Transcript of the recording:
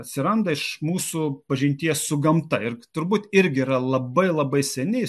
atsiranda iš mūsų pažinties su gamta ir turbūt irgi yra labai labai seni